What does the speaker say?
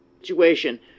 Situation